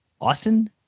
Austin